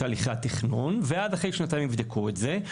תהליכי התכנון אחרי שנתיים יבדקו את זה.